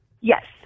Yes